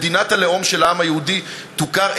מדינת הלאום של העם היהודי תוכר,